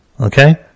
okay